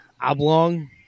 oblong